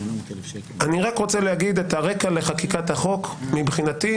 אני רק רוצה להגיד את הרקע לחקיקת החוק מבחינתי,